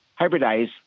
hybridize